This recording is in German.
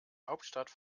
hauptstadt